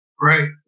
Right